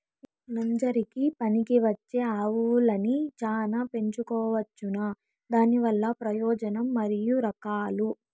నంజరకి పనికివచ్చే ఆవులని చానా పెంచుకోవచ్చునా? దానివల్ల ప్రయోజనం మరియు రకాలు?